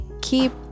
keep